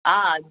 آج